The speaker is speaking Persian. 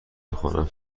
بخوانم